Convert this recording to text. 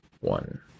one